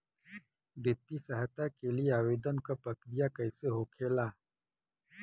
वित्तीय सहायता के लिए आवेदन क प्रक्रिया कैसे होखेला?